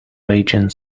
raging